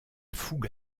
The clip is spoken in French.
fougue